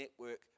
network